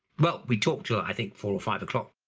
well, we talked to, i think, four or five o'clock,